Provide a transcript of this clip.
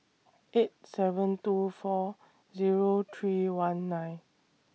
eight seven two four Zero three one nine